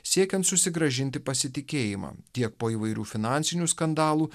siekiant susigrąžinti pasitikėjimą tiek po įvairių finansinių skandalų